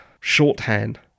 shorthand